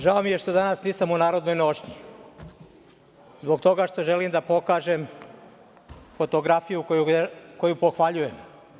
Žao mi je što danas nisam u narodnoj nošnji, zbog toga što želim da pokažem fotografiju koju pohvaljujem.